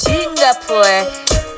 Singapore